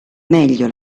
meglio